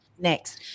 next